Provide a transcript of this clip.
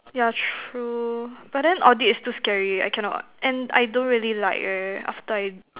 yeah true but then audit is too scary I cannot and I don't really like eh after I